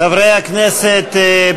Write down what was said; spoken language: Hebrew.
חברי הכנסת,